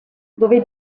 dove